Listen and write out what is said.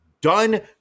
done